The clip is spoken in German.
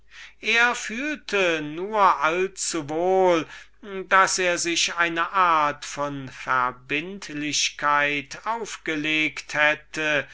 er fühlte nur allzuwohl daß er sich selbst eine art von verbindlichkeit aufgelegt hatte